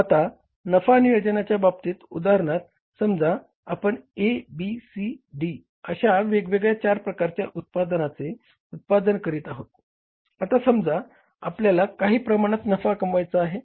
आता नफा नियोजनाच्या बाबतीत उदाहरणार्थ समजा आपण A B C D अशा वेगवगेळ्या चार प्रकारच्या उत्पादनाचे उत्पादन करीत आहोत आता समजा आपल्याला काही प्रमाणात नफा कमवायचा आहे